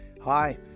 Hi